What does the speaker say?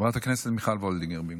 חברת הכנסת מיכל וולדיגר במקום.